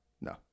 No